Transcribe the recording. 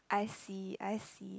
I see I see